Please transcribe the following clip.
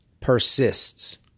persists